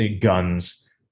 guns